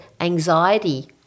anxiety